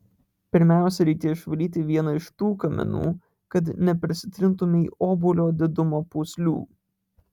pirmiausia reikia išvalyti vieną iš tų kaminų kad neprisitrintumei obuolio didumo pūslių